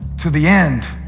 to the end